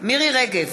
מירי רגב,